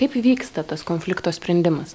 kaip įvyksta tas konflikto sprendimas